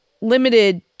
limited